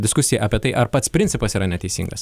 diskusija apie tai ar pats principas yra neteisingas